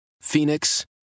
Phoenix